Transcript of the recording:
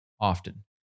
often